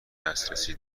دسترسی